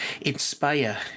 inspire